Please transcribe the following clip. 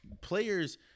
players